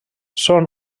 són